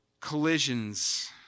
collisions